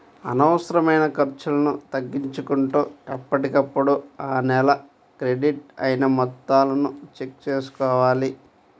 అనవసరమైన ఖర్చులను తగ్గించుకుంటూ ఎప్పటికప్పుడు ఆ నెల క్రెడిట్ అయిన మొత్తాలను చెక్ చేసుకోవాలి